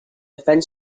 defend